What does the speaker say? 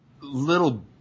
little